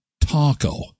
taco